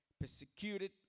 Persecuted